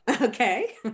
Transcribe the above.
Okay